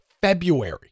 February